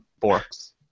forks